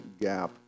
gap